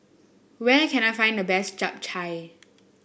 where can I find the best Chap Chai